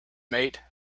mate